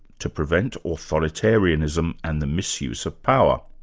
to prevent authoritarianism and the misuse of power.